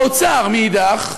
האוצר מאידך,